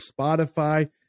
Spotify